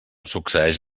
succeïx